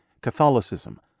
Catholicism